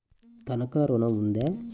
తనఖా ఋణం ఉందా?